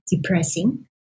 depressing